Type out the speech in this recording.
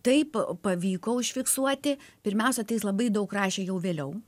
taip pavyko užfiksuoti pirmiausia tai jis labai daug rašė jau vėliau